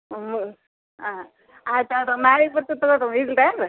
ಹಾಂ ಹಾಂ ಆಯ್ತು ತಗೊಳ್ರಿ ನಾಳೆಗ್ ಬರ್ತೇವೆ ತಗೊಳ್ರಿ ಅಮ್ಮ ಇಡಲಾ ಹಂಗಾರೆ